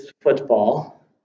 football